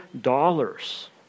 dollars